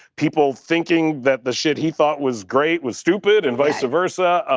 people thinking that the shit he thought was great was stupid and vice versa,